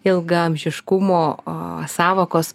ilgaamžiškumo a sąvokos